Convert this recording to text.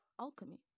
alchemy